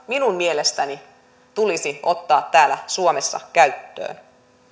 minun mielestäni tulisi ottaa täällä suomessa käyttöön